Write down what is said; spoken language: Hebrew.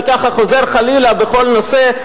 וככה חוזר חלילה בכל נושא,